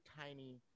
tiny